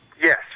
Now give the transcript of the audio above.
Yes